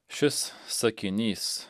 šis sakinys